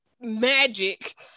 magic